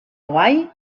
hawaii